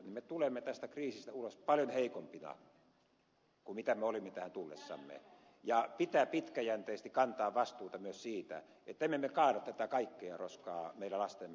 me tulemme tästä loppuu ulos paljon heikompina kuin me olimme tähän tullessamme ja pitää pitkäjänteisesti kantaa vastuuta myös siitä että me emme kaada tätä kaikkea roskaa meidän lastemme maksettavaksi